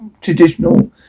traditional